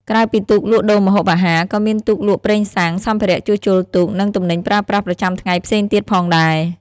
ក្រៅពីទូកលក់ដូរម្ហូបអាហារ ក៏មានទូកលក់ប្រេងសាំង សម្ភារៈជួសជុលទូក និងទំនិញប្រើប្រាស់ប្រចាំថ្ងៃផ្សេងទៀតផងដែរ។